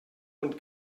und